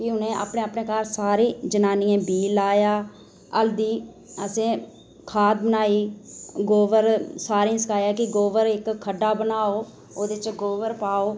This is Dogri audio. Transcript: एह् अपने अपने घर सारें जनानियें बीऽ लाया हल्दी असें खाद बनाई गोबर सारें गी सनाया कि इक्क खड्ढा बनाओ ओह्दे च गोबर पाओ